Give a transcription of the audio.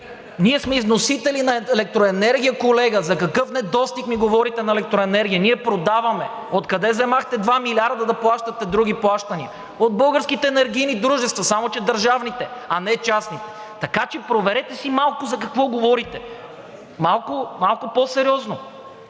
ние сме износители на електроенергия, колега, за какъв недостиг ми говорите на електроенергия, ние продаваме. Откъде взехте 2 милиарда да плащате други плащания? От българските енергийни дружества, само че държавните, а не частните. Така че проверете си малко за какво говорите – малко по-сериозно.